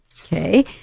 Okay